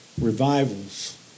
revivals